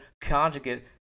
CONJUGATE